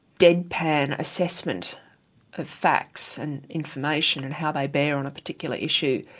deadpan assessment of facts and information and how they bear on a particular issue,